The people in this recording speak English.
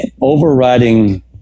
overriding